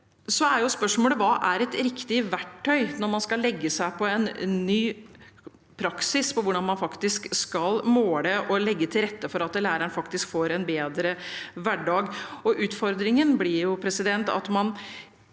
som er et riktig verktøy når man skal legge seg på en ny praksis på hvordan man faktisk skal måle og legge til rette for at læreren faktisk får en bedre hverdag.